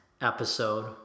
Episode